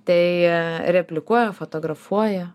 tai replikuoja fotografuoja